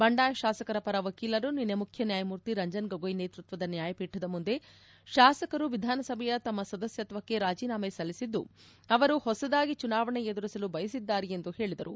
ಬಂಡಾಯ ಶಾಸಕರ ಪರ ವಕೀಲರು ನಿನ್ನೆ ಮುಖ್ಯ ನ್ಯಾಯಮೂರ್ತಿ ರಂಜನ್ ಗೊಗೊಯ್ ನೇತೃತ್ವದ ನ್ಯಾಯಪೀಠದ ಮುಂದೆ ಶಾಸಕರು ವಿಧಾನಸಭೆಯ ತಮ್ಮ ಸದಸ್ಯತ್ವಕ್ಕೆ ರಾಜೀನಾಮೆ ಸಲ್ಲಿಸಿದ್ದು ಅವರು ಹೊಸದಾಗಿ ಚುನಾವಣೆ ಎದುರಿಸಲು ಬಯಸಿದ್ದಾರೆ ಎಂದು ಹೇಳಿದರು